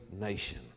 nation